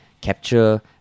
capture